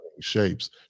shapes